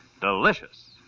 delicious